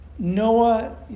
Noah